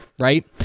Right